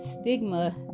stigma